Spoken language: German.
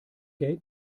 gate